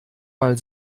mal